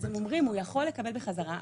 הוא יוכל לקבל בחזרה,